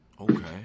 Okay